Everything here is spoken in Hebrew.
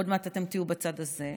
עוד מעט אתם תהיו בצד הזה,